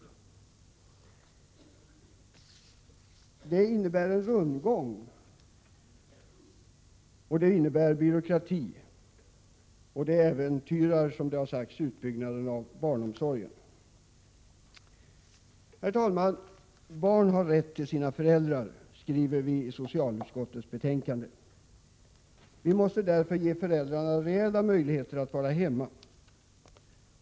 Förslaget innebär rundgång och byråkrati samt äventyrar utbyggnaden av barnomsorgen. Barn har rätt till sina föräldrar, skriver vi i socialutskottets betänkande. Vi måste därför ge föräldrarna reella möjligheter att vara hemma.